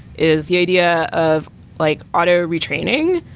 is the idea of like auto retraining.